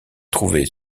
trouvait